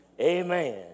Amen